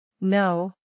No